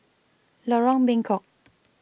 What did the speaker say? Lorong Bengkok